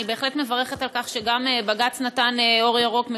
אני בהחלט מברכת על כך שגם בג"ץ נתן אור ירוק,